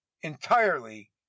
entirely